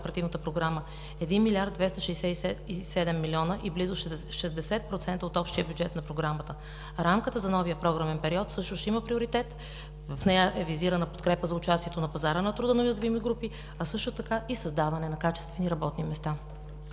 Оперативната програма – 1 млрд. 267 млн. лв. и близо 60% от общия бюджет на Програмата. Рамката за новия програмен период също ще има приоритет. В нея е визирана подкрепа за участието на пазара на труда на уязвими групи, а също така и създаване на качествени работни места.